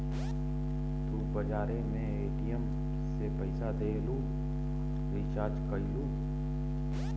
तू बजारे मे ए.टी.एम से पइसा देलू, रीचार्ज कइलू